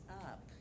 up